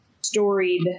storied